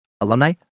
Alumni